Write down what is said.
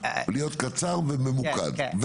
להיות קצר וממוקד,